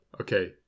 okay